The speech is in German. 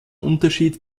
unterschied